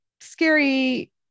scary